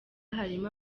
harimo